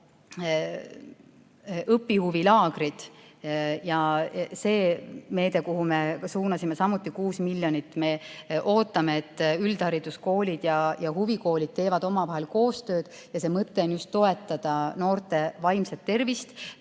õpihuvilaagrid ja see meede, kuhu me suunasime 6 miljonit – me ootame, et üldhariduskoolid ja huvikoolid teevad omavahel koostööd. Mõte on toetada noorte vaimset tervist,